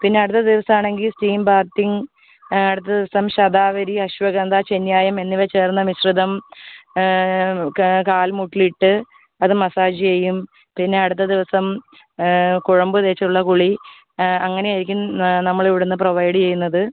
പിന്നെ അടുത്ത ദിവസം ആണെങ്കിൽ സ്റ്റീം ബാത്തിംഗ് അടുത്ത ദിവസം ശതാവരി അശ്വഗന്ധ ചെന്നിനായകം എന്നിവ ചേർന്ന മിശ്രിതം കാൽ മുട്ടിൽ ഇട്ട് അത് മസ്സാജ് ചെയ്യും പിന്നെ അടുത്ത ദിവസം കുഴമ്പ് തേച്ച് ഉള്ള കുളി അങ്ങനെ ആയിരിക്കും നമ്മൾ ഇവിടുന്ന് പ്രൊവൈഡ് ചെയ്യുന്നത്